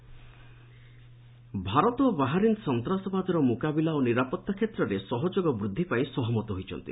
India Bahrain Bharat ଓ Bahrain ସନ୍ତାସବାଦର ମୁକାବିଲା ଓ ନିରାପତ୍ତା କ୍ଷେତ୍ରରେ ସହଯୋଗ ବୃଦ୍ଧି ପାଇଁ ସହମତ ହୋଇଛନ୍ତି